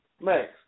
Max